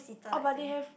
oh but they have